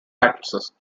actresses